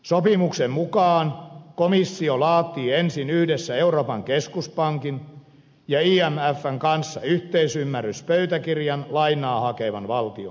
sopimuksen mukaan komissio laatii ensin yhdessä euroopan keskuspankin ja imfn kanssa yhteisymmärryspöytäkirjan lainaa hakevan valtion kanssa